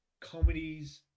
comedies